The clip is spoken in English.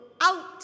out